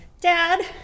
Dad